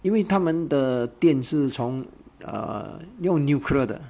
因为他们的电视从 err 用 nuclear 的